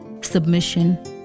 submission